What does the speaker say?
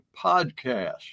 Podcast